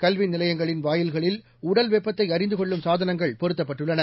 கல்வி நிலையங்களின் வாயில்களில் உடல் வெப்பத்தை அறிந்து கொள்ளும் சாதனங்கள் பொருத்தப்பட்டுள்ளன